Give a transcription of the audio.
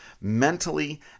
mentally